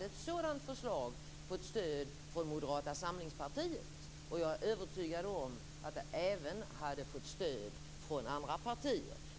Ett sådant förslag hade i varje fall fått stöd från Moderata samlingspartiet, och jag är övertygad om att det även hade fått stöd från andra partier.